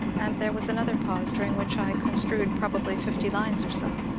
and there was another pause, during which i construed probably fifty lines or so.